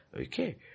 okay